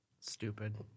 Stupid